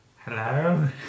Hello